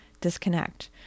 disconnect